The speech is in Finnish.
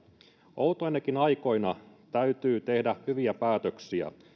outoinakin aikoina täytyy tehdä hyviä päätöksiä